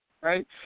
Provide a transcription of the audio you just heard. right